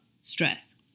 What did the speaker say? stress